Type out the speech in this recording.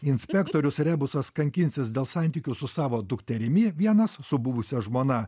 inspektorius rebusas kankinsis dėl santykių su savo dukterimi vienas su buvusia žmona